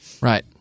right